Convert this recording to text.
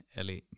eli